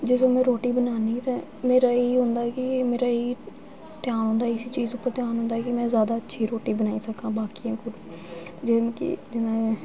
जिसलै में रुट्टी बनान्नी ते मेरा एह् होंदी कि मेरा ध्यान होंदा इस्सै चीज उपर ध्यान होंदा कि में जैदा अच्छी रुट्टी बनाई सकां बाकियें कोला जानि कि